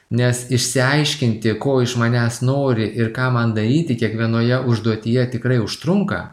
nes išsiaiškinti ko iš manęs nori ir ką man daryti kiekvienoje užduotyje tikrai užtrunka